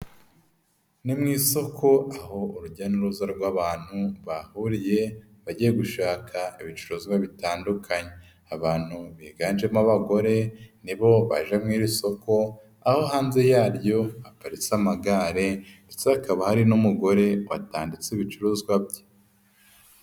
Ni mu isoko aho urujya n'uruza rw'abantu bahuriye, bagiye gushaka ibicuruzwa bitandukanye, abantu biganjemo abagore, nibo baja mu'soko, aho hanze yaryo haparitse amagare ndetse hakaba hari n'umugore watanditse ibicuruzwa bye.